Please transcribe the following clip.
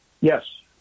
Yes